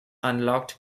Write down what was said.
unlocked